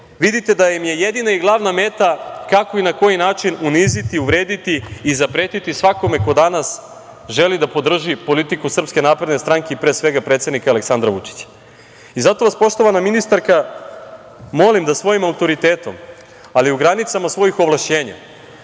vidite da im je jedina i glavna meta kako i na koji način uniziti, uvrediti i zapretiti svakome ko danas želi da podrži politiku SNS i, pre svega, predsednika Aleksandra Vučića. Zato vas, poštovana ministarka, molim da svojim autoritetom, ali u granicama svojih ovlašćenja,